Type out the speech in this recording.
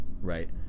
right